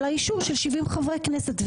אישור של 70 חברי כנסת,